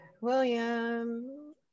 William